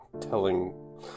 telling